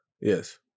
yes